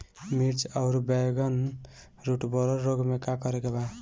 मिर्च आउर बैगन रुटबोरर रोग में का करे के बा?